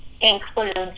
includes